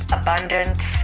abundance